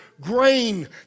grain